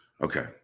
Okay